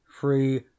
free